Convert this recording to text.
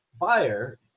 buyer